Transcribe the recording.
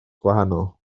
gwahanol